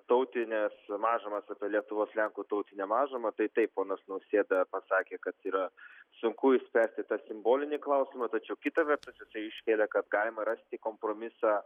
tautines mažumas apie lietuvos lenkų tautinę mažumą tai taip ponas nausėda pasakė kad yra sunku išspręsti tą simbolinį klausimą tačiau kita vertus jisai iškelia kad galima rasti kompromisą